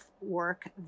work